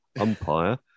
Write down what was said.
umpire